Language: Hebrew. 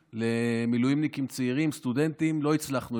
למילואימניקים צעירים סטודנטים ולא הצלחנו,